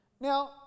Now